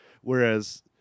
Whereas